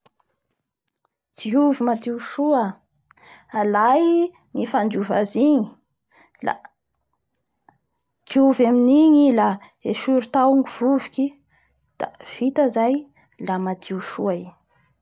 Diovy madio soa alay i fandiova azy igny, diovy amin'igny i la, esory tao ny vovoky da vita zay la madio soa i.